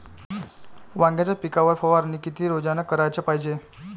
वांग्याच्या पिकावर फवारनी किती रोजानं कराच पायजे?